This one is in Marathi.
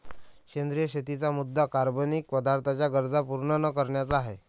सेंद्रिय शेतीचा मुद्या कार्बनिक पदार्थांच्या गरजा पूर्ण न करण्याचा आहे